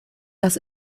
das